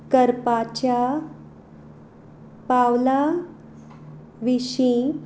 करपाच्या पावलां विशीं